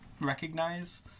recognize